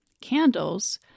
candles